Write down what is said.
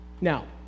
Now